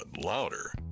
louder